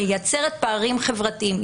מייצרת פערים חברתיים.